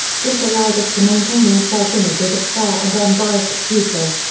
this allows us to maintain our self-image as a fair and unbiased people.